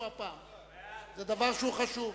זה דבר שהוא חשוב.